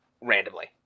randomly